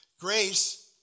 Grace